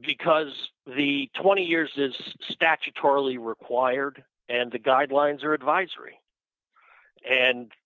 because the twenty years is statutorily required and the guidelines are advisory and